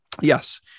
Yes